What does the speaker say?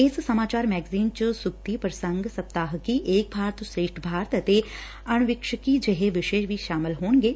ਇਸ ਸਮਾਚਾਰ ਮੈਗਜ਼ਿਨ ਚ ਸ਼ਕਤੀ ਪ੍ਰਸੰਗ ਸਪਤਾਹਿਕੀ ਏਕ ਭਾਰਤ ਸ੍ਰੇਸਠ ਭਾਰਤ ਅਤੇ ਅਣਵਿਕਸਿੱਕੀ ਜਿਹੇ ਵਿਸ਼ੇ ਸ਼ਾਮਲ ਹੋਣਗੇ